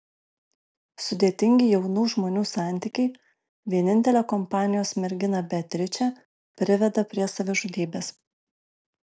sudėtingi jaunų žmonių santykiai vienintelę kompanijos merginą beatričę priveda prie savižudybės